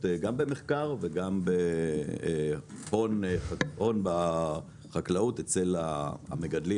גם במחקר וגם בהון בחקלאות אצל המגדלים,